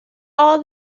all